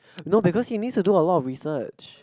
no because he needs to do a lot of research